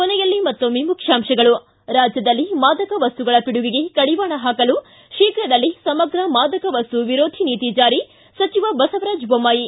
ಕೊನೆಯಲ್ಲಿ ಮತ್ತೊಮ್ಮೆ ಮುಖ್ಯಾಂಶಗಳು ಿ ರಾಜ್ವದಲ್ಲಿ ಮಾದಕ ವಸ್ತುಗಳ ಪಿಡುಗಿಗೆ ಕಡಿವಾಣ ಹಾಕಲು ಶೀಘದಲ್ಲೇ ಸಮಗ್ರ ಮಾದಕ ವಸ್ತು ವಿರೋಧಿ ನೀತಿ ಜಾರಿ ಸಚಿವ ಬಸವರಾಜ ಬೊಮ್ನಾಯಿ